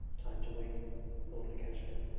time to wake them thought lukashka,